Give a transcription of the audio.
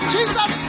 Jesus